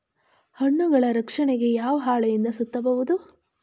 ಹಣ್ಣುಗಳ ರಕ್ಷಣೆಗೆ ಯಾವ ಹಾಳೆಯಿಂದ ಸುತ್ತಬಹುದು?